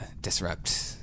disrupt